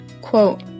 quote